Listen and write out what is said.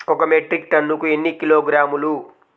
ఒక మెట్రిక్ టన్నుకు ఎన్ని కిలోగ్రాములు?